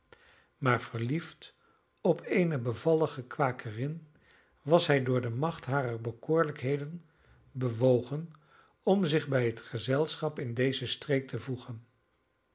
maar verliefd op eene bevallige kwakerin was hij door de macht harer bekoorlijkheden bewogen om zich bij het gezelschap in deze streek te voegen